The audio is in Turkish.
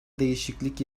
değişiklik